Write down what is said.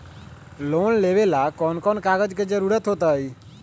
Loan लेवेला कौन कौन कागज के जरूरत होतई?